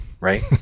right